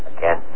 Again